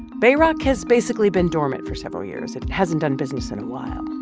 bayrock has basically been dormant for several years. it hasn't done business in a while.